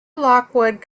lockwood